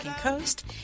coast